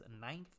ninth